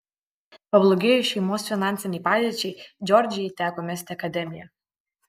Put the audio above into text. pablogėjus šeimos finansinei padėčiai džordžijai teko mesti akademiją